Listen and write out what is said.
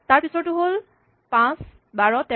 তাৰ পিচৰটো হ'ল ৫ ১২ ১৩